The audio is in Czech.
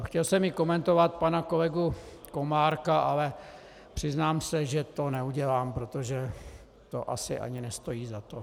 Chtěl jsem i komentovat pana kolegu Komárka, ale přiznám se, že to neudělám, protože to asi ani nestojí za to.